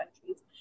countries